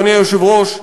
אדוני היושב-ראש,